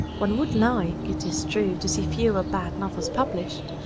one would like, it is true, to see fewer bad novels published,